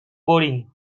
boring